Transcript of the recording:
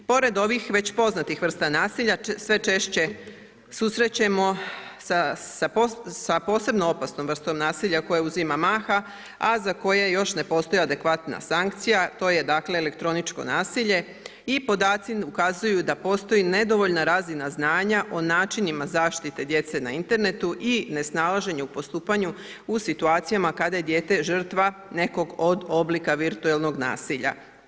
Pored ovih, već poznatih vrsta nasilja, sve češće susrećemo sa posebno opasnom vrstom nasilja koja uzima maha, a za koje još ne postoji adekvatna sankcija, to je dakle elektroničko nasilje i podaci ukazuju da postoji nedovoljna razina znanja o načinima zaštite djece na internetu i ne snalaženje u postupanju u situacijama kada je dijete žrtva nekog od oblika virtualnog nasilja.